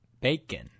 bacon